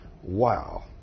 Wow